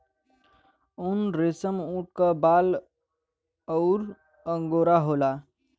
उनरेसमऊट क बाल अउर अंगोरा होला